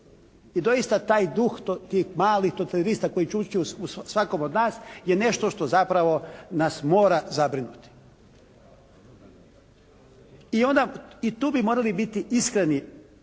i doista taj duh, tih malih totalitarista koji čuče u svakom od nas je nešto što zapravo nas mora zabrinuti. I onda, tu bi morali biti iskreni,